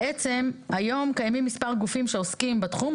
בעצם היום קיימים מספר גופים שעוסקים בתחום,